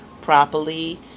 properly